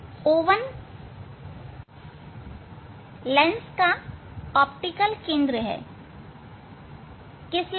O1 lens का optical केंद्र है किस लेंस का